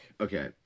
okay